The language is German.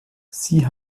sie